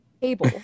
table